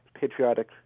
patriotic